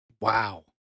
Wow